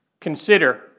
consider